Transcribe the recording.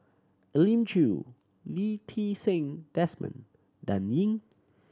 Elim Chew Lee Ti Seng Desmond Dan Ying